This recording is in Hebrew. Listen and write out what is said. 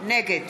נגד